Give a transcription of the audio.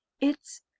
It's